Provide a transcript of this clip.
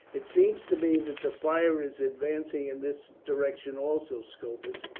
it seems to me that the fire is advancing in this direction, also, scopus.